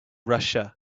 russia